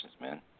man